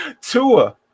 Tua